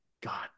God